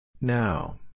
Now